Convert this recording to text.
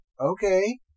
Okay